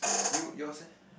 you yours leh